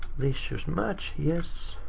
these should match. yes.